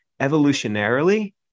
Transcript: evolutionarily